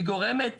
היא גורמת